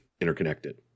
interconnected